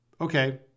okay